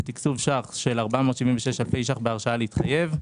ותקצוב של 476,000 ש"ח בהרשאה להתחייב,